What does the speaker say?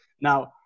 Now